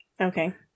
Okay